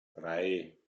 drei